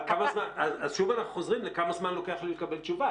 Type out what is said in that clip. אז שוב אנחנו חוזרים לכמה זמן לוקח לקבל תשובה.